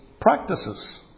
practices